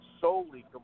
solely